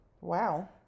Wow